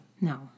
No